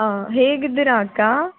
ಆಂ ಹೇಗಿದ್ದೀರಾ ಅಕ್ಕಾ